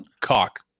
cock